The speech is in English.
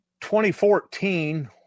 2014